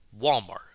Walmart